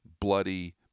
bloody